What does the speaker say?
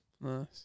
Nice